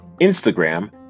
Instagram